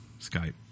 skype